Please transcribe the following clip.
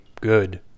good